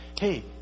hey